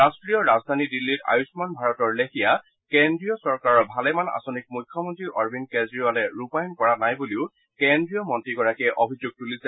ৰাষ্ট্ৰীয় ৰাজধানী দিল্লীত আয়ুস্মান ভাৰতৰ লেখীয়া কেন্দ্ৰীয় চৰকাৰৰ ভালেমান আঁচনিক মুখ্যমন্ত্ৰী অৰবিন্দ কেজৰীৱালে ৰূপায়ণ কৰা নাই বুলিও কেন্দ্ৰীয় মন্ত্ৰীগৰাকীয়ে অভিযোগ তুলিছে